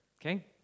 okay